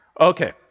Okay